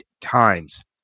times